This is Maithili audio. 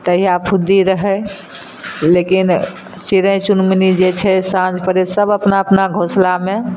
तहिया फुद्दी रहय लेकिन चिड़य चुनमुनी जे छै साँझ पड़य सब अपना अपना घोसलामे